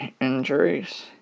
injuries